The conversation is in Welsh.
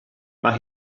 mae